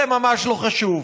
זה ממש לא חשוב,